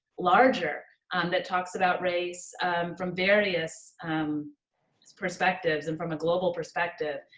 larger um that talks about race from various perspectives and from a global perspective.